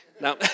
Now